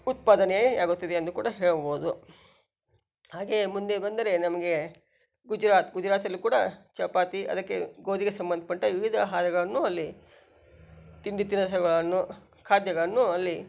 ಉತ್ಪಾದನೆ ಆಗುತ್ತಿದೆ ಎಂದು ಕೂಡ ಹೇಳಬಹುದು ಹಾಗೆಯೇ ಮುಂದೆ ಬಂದರೆ ನಮಗೆ ಗುಜರಾತ್ ಗುಜರಾತಲ್ಲೂ ಕೂಡ ಚಪಾತಿ ಅದಕ್ಕೆ ಗೋಧಿಗೆ ಸಂಬಂಧಪಟ್ಟ ವಿವಿಧ ಆಹಾರಗಳನ್ನು ಅಲ್ಲಿ ತಿಂಡಿ ತಿನಿಸುಗಳನ್ನು ಖಾದ್ಯಗಳನ್ನು ಅಲ್ಲಿ